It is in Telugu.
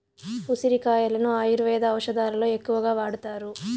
ఉసిరి కాయలను ఆయుర్వేద ఔషదాలలో ఎక్కువగా వాడతారు